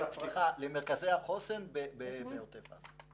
התקציב למרכזי החוסן בעוטף עזה.